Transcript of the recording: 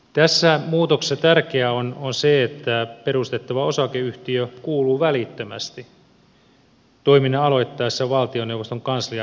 tässä muutoksessa tärkeää on se että perustettava osakeyhtiö kuuluu välittömästi toiminnan aloittaessa valtioneuvoston kanslian hallinnon alaan